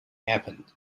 happened